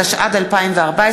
התשע"ד 2014,